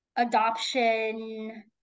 adoption